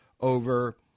over